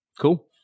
Cool